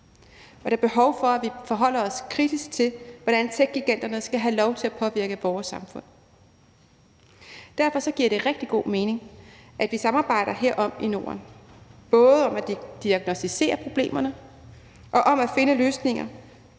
Og der er behov for, at vi forholder os kritisk til, hvordan techgiganterne skal have lov til at påvirke vores samfund. Derfor giver det rigtig god mening, at vi samarbejder herom i Norden – både om at diagnosticere problemerne og om at finde løsninger.